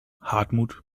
hartmut